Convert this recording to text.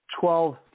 twelve